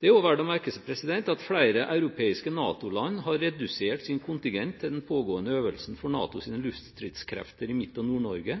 Det er også verdt å merke seg at flere europeiske NATO-land har redusert sin kontingent til den pågående øvelsen for NATOs luftstridskrefter i Midt- og Nord-Norge.